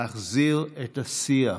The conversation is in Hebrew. להחזיר את השיח.